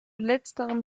letzterem